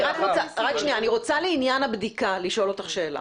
אני רוצה לעניין הבדיקה לשאול אותך שאלה.